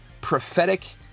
prophetic